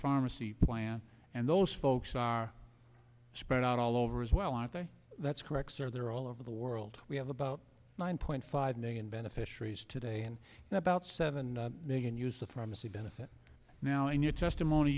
pharmacy plan and those us folks are spread out all over as well as that's correct sir they're all over the world we have about nine point five million beneficiaries today and now about seven million use a pharmacy benefit now in your testimony